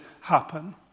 happen